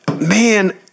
man